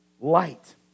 light